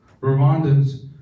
Rwandans